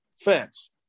fence